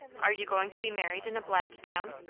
are you going to be married in a black gown?